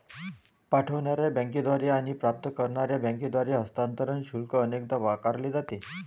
पाठवणार्या बँकेद्वारे आणि प्राप्त करणार्या बँकेद्वारे हस्तांतरण शुल्क अनेकदा आकारले जाते